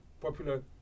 popular